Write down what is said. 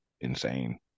insane